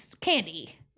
Candy